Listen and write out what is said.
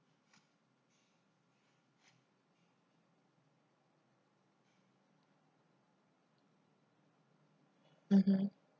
mmhmm